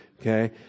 okay